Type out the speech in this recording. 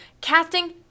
casting